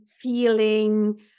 feeling